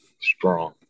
strong